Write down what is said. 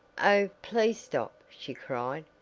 oh, please stop! she cried,